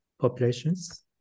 populations